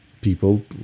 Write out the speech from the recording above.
people